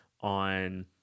on